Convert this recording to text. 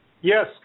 Yes